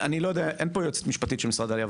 אין פה יועצת משפטית של משרד העלייה.